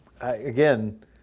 again